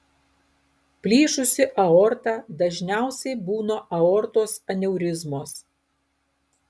plyšusi aorta dažniausiai būna aortos aneurizmos